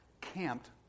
camped